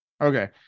okay